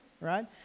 right